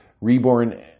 Reborn